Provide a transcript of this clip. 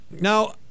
Now